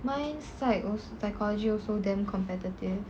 mine psych also psychology also damn competitive